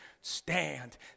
stand